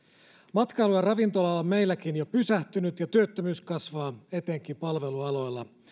matkailu ja ravintola ala on meilläkin jo pysähtynyt ja työttömyys kasvaa etenkin palvelualoilla